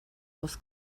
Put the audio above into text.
was